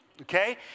okay